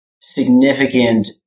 significant